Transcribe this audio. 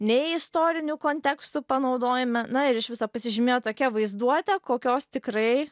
nei istorinių kontekstų panaudojime na ir iš viso pasižymėjo tokia vaizduote kokios tikrai